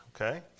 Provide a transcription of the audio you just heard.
okay